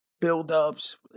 build-ups